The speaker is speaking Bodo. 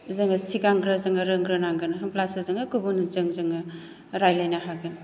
जोङो सिगांग्रो जोङो रोंग्रोनांगोन होनब्लासो जोङो गुबुनजों जोङो रायज्लायनो हागोन